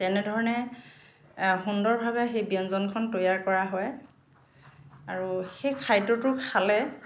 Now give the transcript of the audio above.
তেনে ধৰণে সুন্দৰভাৱে সেই ব্য়ঞ্জনখন তৈয়াৰ কৰা হয় আৰু সেই খাদ্যটো খালে